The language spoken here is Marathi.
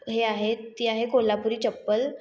हे आहे ती आहे कोल्हापुरी चप्पल